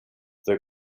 the